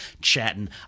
chatting